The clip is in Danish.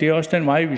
det er også den vej, vi